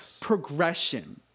progression